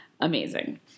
Amazing